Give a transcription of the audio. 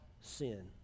sin